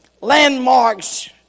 landmarks